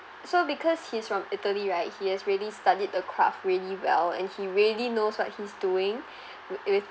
so because he's from italy right he has really studied the craft really well and he really knows what he's doing with if